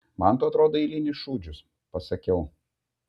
man tu atrodai eilinis šūdžius pasakiau